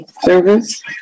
service